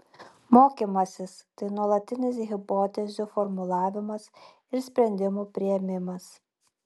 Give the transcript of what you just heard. mokymasis tai nuolatinis hipotezių formulavimas ir sprendimų priėmimas